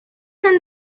son